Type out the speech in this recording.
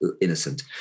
innocent